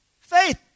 Faith